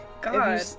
God